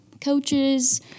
coaches